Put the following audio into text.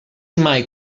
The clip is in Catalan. mai